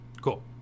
Cool